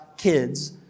kids